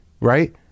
right